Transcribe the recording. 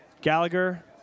Gallagher